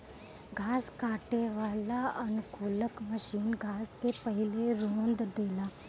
घास काटे वाला अनुकूलक मशीन घास के पहिले रौंद देला